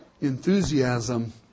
enthusiasm